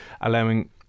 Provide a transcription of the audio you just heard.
allowing